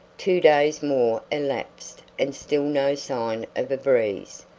two days more elapsed and still no sign of a breeze.